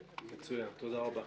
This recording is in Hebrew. מצוין, תודה רבה.